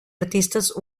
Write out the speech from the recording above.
artistes